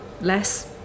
less